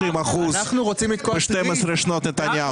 הרי לא עלו מחירי הדיור ב-130% ב-12 שנות נתניהו.